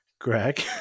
Greg